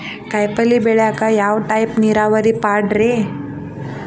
ಕಾಯಿಪಲ್ಯ ಬೆಳಿಯಾಕ ಯಾವ ಟೈಪ್ ನೇರಾವರಿ ಪಾಡ್ರೇ?